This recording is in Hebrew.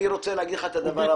אני רוצה להגיד לך את הדבר הבא.